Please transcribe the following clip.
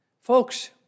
Folks